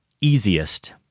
easiest